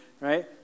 right